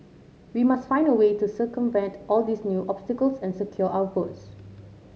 we must find a way to circumvent all these new obstacles and secure our votes